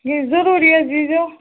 ہے ضروٗری حظ ییٖزیٚو